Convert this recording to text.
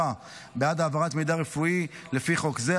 בעד העברת מידע רפואי לפי חוק זה,